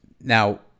Now